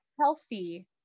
healthy